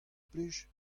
plij